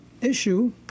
issue